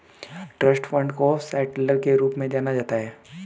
trust fund को settler के रूप में जाना जाता है